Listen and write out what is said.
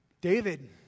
David